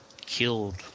killed